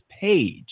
page